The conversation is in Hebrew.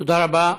תודה רבה.